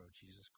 Jesus